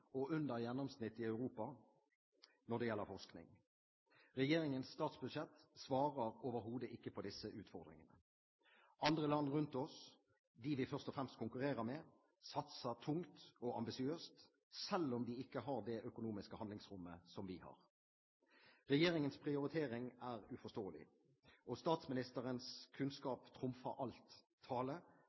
og under gjennomsnittet i Europa når det gjelder forskning. Regjeringens statsbudsjett svarer overhodet ikke på disse utfordringene. Andre land rundt oss, de vi først og fremst konkurrerer med, satser tungt og ambisiøst selv om de ikke har det økonomiske handlingsrommet som vi har. Regjeringens prioritering er uforståelig, og statsministerens «kunnskap trumfer